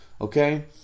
okay